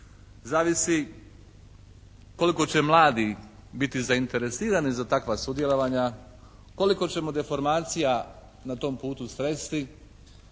zavisi koliko će mladi biti zainteresirani za takva sudjelovanja, koliko ćemo deformacija na tom putu sresti